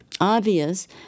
obvious